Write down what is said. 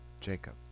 Jacob